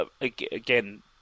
Again